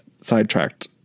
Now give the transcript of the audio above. sidetracked